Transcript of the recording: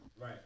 Right